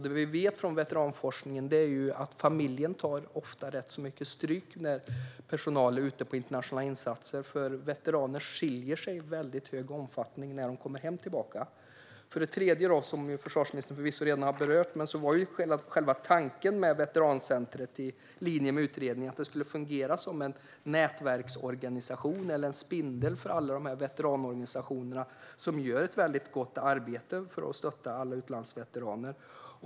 Det vi vet från veteranforskningen är att familjen ofta tar rätt mycket stryk när anhöriga är ute på internationella insatser. Veteraner skiljer sig i hög omfattning när de kommer tillbaka hem. För det tredje, och som försvarsministern redan har berört, var själva tanken med veterancentret, i linje med utredningen, att det skulle fungera som en nätverksorganisation, en spindel i nätet, för alla veteranorganisationer, som gör ett mycket bra arbete för att stötta alla utlandsveteraner.